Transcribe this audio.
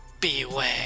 Beware